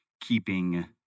keeping